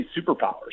superpowers